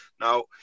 Now